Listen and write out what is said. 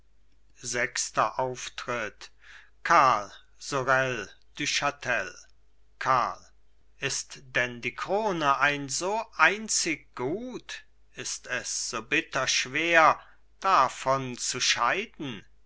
sechster auftritt karl sorel du chatel karl ist denn die krone ein so einzig gut ist es so bitter schwer davon zu scheiden